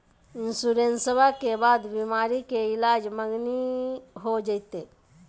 इंसोरेंसबा के बाद बीमारी के ईलाज मांगनी हो जयते?